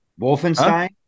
Wolfenstein